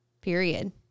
period